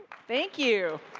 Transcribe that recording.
thank you.